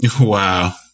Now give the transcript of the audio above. Wow